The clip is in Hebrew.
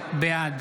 בעד